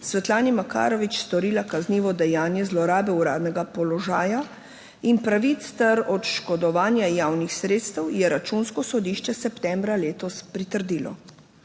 Svetlani Makarovič storila kaznivo dejanje zlorabe uradnega položaja in pravic ter oškodovanja javnih sredstev, je Računsko sodišče septembra letos pritrdilo.